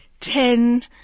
ten